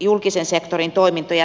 julkisen sektorin toimintoja täydentävää toimintaa